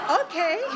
Okay